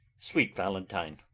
sweet valentine,